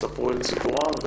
שיספרו את סיפורן,